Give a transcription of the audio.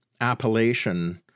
appellation